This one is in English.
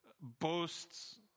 boasts